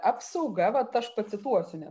apsauga vat aš pacituosiu net